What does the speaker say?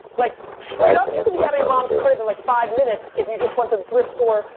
like straight up, you can be out of your moms crib in like five minutes if you just went to the thrift store,